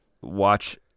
watch